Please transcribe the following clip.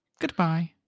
Goodbye